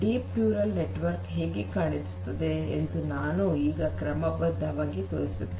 deep neural network ಹೇಗೆ ಕಾಣಿಸುತ್ತದೆ ಎಂದು ನಾನು ಈಗ ಕ್ರಮಬದ್ಧವಾಗಿ ತೋರಿಸುತ್ತೇನೆ